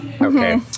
Okay